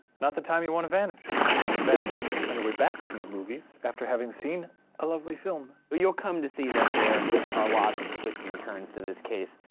not the time you wanna vanish. wanna vanish on on your way back from the movies, after having seen a lovely film. you'll come to see that there are lots of twists and turns to this case.